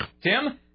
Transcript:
Tim